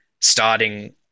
starting